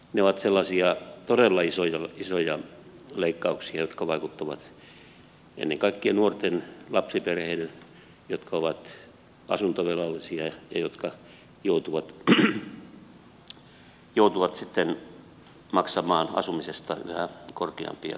ne ovat sellaisia todella isoja leikkauksia jotka vaikuttavat ennen kaikkea nuoriin lapsiperheisiin jotka ovat asuntovelallisia ja jotka joutuvat sitten maksamaan asumisestaan yhä korkeampia kustannuksia